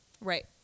Right